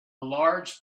large